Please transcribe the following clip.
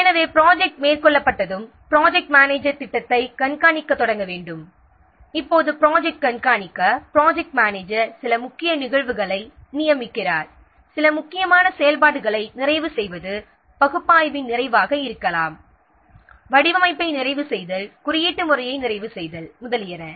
எனவே ப்ராஜெக்ட் மேற்கொள்ளப்பட்டவுடன் project manager ப்ராஜெக்ட்டை கண்காணிக்கத் தொடங்க வேண்டும் மேலும் ப்ராஜெக்ட்டை கண்காணிக்க ப்ராஜெக்ட் மேனேஜர் சில முக்கிய நிகழ்வை அதாவது சில முக்கியமான செயல்பாடுகளை நிறைவு செய்வது தேவைகள் பகுப்பாய்வின் நிறைவு செய்தல் வடிவமைப்பை நிறைவு செய்தல் குறியீட்டு முறையை நிறைவு செய்தல் போன்றவைகளை நியமிக்கிறார்